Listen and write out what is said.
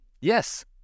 Yes